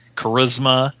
charisma